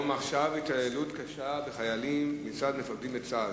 התעללות קשה בחיילים מצד מפקדים בצה"ל.